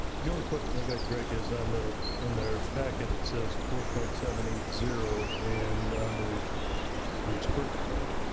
the only question i got greg is on the, in their packet it says four point seven eight zero, and on and this first one.